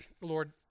Lord